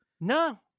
no